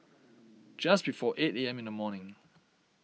just before eight A M in the morning